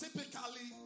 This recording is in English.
Typically